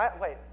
wait